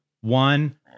one